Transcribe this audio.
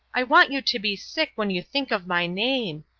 i want you to be sick when you think of my name.